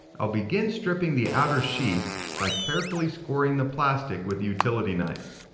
i'll begin stripping the outer sheath by carefully scoring the plastic with the utility knife.